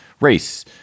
race